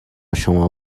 شما